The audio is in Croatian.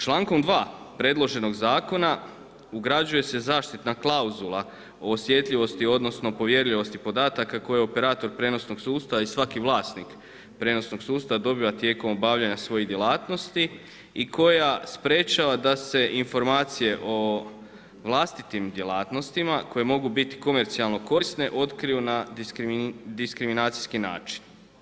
Člankom 2. predloženog zakona, ugrađuje se zaštitna klauzula o osjetljivosti, odnosno povjerljivosti podataka koje operator prijenosnog sustava i svaki vlasnik prijenosnog sustava dobiva tijekom obavljanja svoje djelatnosti i koja sprječava da se informacije o vlastitim djelatnostima koje mogu biti komercijalno korisne otkriju na diskriminacijski način.